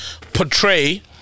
portray